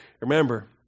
Remember